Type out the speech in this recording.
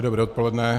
Dobré odpoledne.